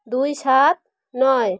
দুই সাত নয়